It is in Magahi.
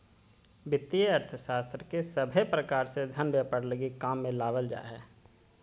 वित्तीय अर्थशास्त्र के सभे प्रकार से धन व्यापार लगी काम मे लावल जा हय